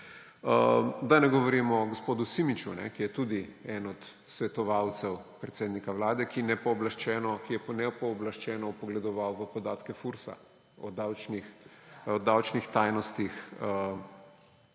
Da ne govorimo o gospodu Simiču, ki je tudi eden od svetovalcev predsednika Vlade, ki je nepooblaščeno vpogledovala v podatke FURS o davčnih tajnostih